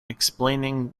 explaining